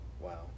Wow